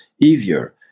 easier